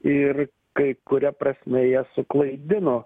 ir kai kuria prasme jie suklaidino